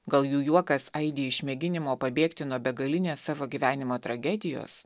gal jų juokas aidi iš mėginimo pabėgti nuo begalinės savo gyvenimo tragedijos